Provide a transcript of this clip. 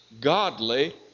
godly